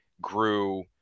grew